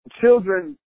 children